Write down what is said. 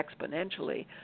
exponentially